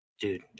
Dude